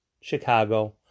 Chicago